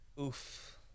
oof